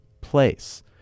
place